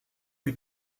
lui